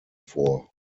vor